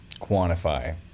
quantify